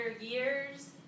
years